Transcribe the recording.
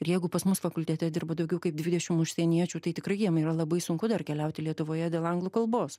ir jeigu pas mus fakultete dirba daugiau kaip dvidešim užsieniečių tai tikrai jiem yra labai sunku dar keliauti lietuvoje dėl anglų kalbos